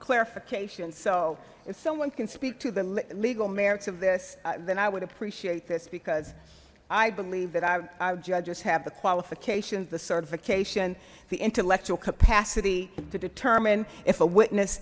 clarification so if someone can speak to the legal merits of this then i would appreciate this because i believe that our judges have the qualifications the certification the intellectual capacity to determine if a witness